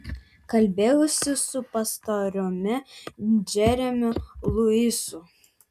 kalbėjausi su pastoriumi džeremiu luisu